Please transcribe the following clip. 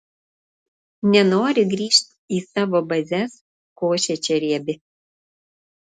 nenori grįžt į savo bazes košė čia riebi